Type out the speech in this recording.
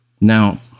Now